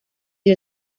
dio